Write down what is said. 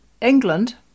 England